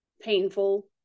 painful